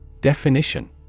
Definition